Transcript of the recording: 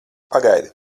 pagaidi